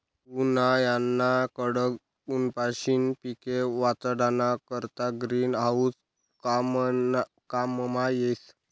उन्हायाना कडक ऊनपाशीन पिके वाचाडाना करता ग्रीन हाऊस काममा येस